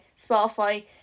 Spotify